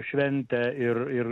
šventę ir ir